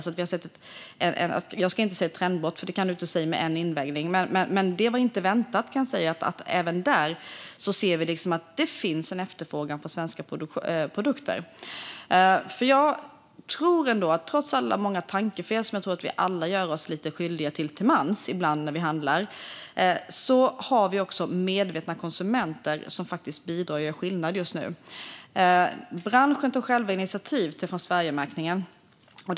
Jag ska inte säga att det är ett trendbrott, för det går inte att säga efter en invägning, men detta var inte väntat. Även där ser vi att det finns en efterfrågan på svenska produkter. Trots många tankefel, som jag tror att vi alla till mans gör oss lite skyldiga till ibland när vi handlar, har vi medvetna konsumenter som faktiskt bidrar och gör skillnad just nu. Branschen själv tog initiativ till märkningen Från Sverige.